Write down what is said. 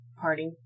party